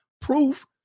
proof